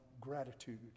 gratitude